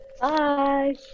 Bye